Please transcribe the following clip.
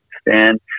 stand